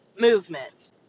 movement